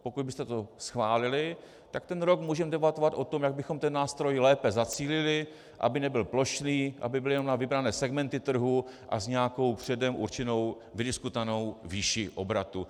Pokud byste to schválili, tak ten rok můžeme debatovat o tom, jak bychom ten nástroj lépe zacílili, aby nebyl plošný, aby byl jenom na vybrané segmenty trhu a s nějakou předem určenou vydiskutovanou výší obratu.